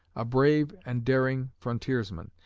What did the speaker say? a brave and daring frontiersman,